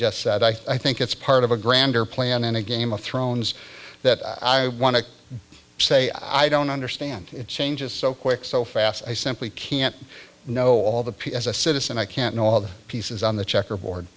just said i think it's part of a grander plan and a game of thrones that i want to say i don't understand it changes so quick so fast i simply can't know all the p as a citizen i can't know all the pieces on the checkerboard